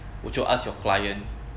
would you ask your client